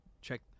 check